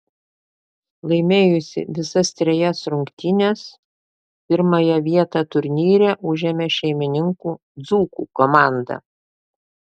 laimėjusi visas trejas rungtynes pirmąją vietą turnyre užėmė šeimininkų dzūkų komanda